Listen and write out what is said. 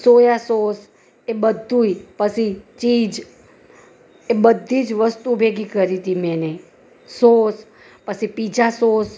soya sauce એ બધુંય પછી ચીજ એ બધી જ વસ્તુ ભેગી કરી હતી મેં ને સોસ પછી પિત્ઝા સોસ